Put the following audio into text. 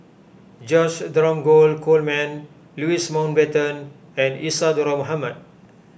George Dromgold Coleman Louis Mountbatten and Isadhora Mohamed